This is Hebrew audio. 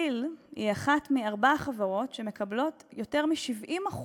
כי"ל היא אחת מארבע החברות שמקבלות יותר מ-70%